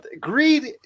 greed